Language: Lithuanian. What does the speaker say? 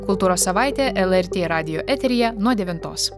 kultūros savaitė lrt radijo eteryje nuo devintos